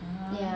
ah